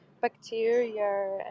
bacteria